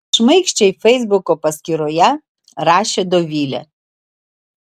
šmaikščiai feisbuko paskyroje rašė dovilė